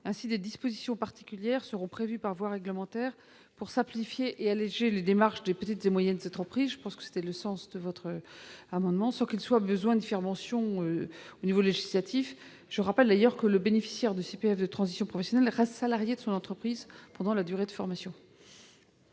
Ainsi, des dispositions particulières seront déterminées par voie réglementaire pour simplifier et alléger les démarches des petites et moyennes entreprises sans qu'il soit besoin d'en faire mention au niveau législatif. Je rappelle d'ailleurs que le bénéficiaire du CPF de transition professionnelle reste salarié de son entreprise pendant la durée de la formation.